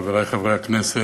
חברי חברי הכנסת,